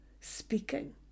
speaking